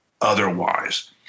otherwise